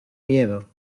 miedo